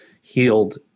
healed